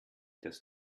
das